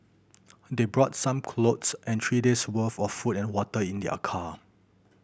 they brought some clothes and three days' worth of food and water in their car